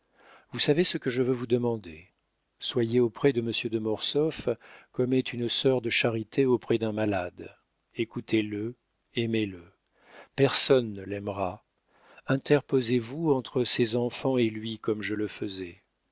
vous savez ce que je veux vous demander soyez auprès de monsieur de mortsauf comme est une sœur de charité auprès d'un malade écoutez-le aimez-le personne ne l'aimera interposez vous entre ses enfants et lui comme je le faisais